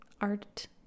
art